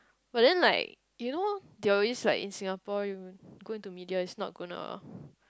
but then like you know they were always right in Singapore you going to media is not gonna